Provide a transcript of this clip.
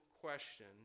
question